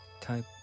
type